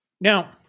Now